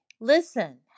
Listen